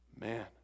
man